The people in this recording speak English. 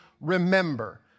remember